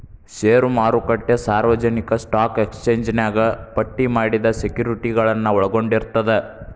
ಷೇರು ಮಾರುಕಟ್ಟೆ ಸಾರ್ವಜನಿಕ ಸ್ಟಾಕ್ ಎಕ್ಸ್ಚೇಂಜ್ನ್ಯಾಗ ಪಟ್ಟಿ ಮಾಡಿದ ಸೆಕ್ಯುರಿಟಿಗಳನ್ನ ಒಳಗೊಂಡಿರ್ತದ